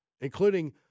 including